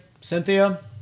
Cynthia